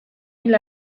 hil